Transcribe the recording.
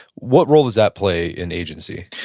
what role does that play in agency?